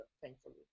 thankfully